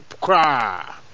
cry